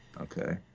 Okay